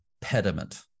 pediment